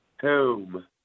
Home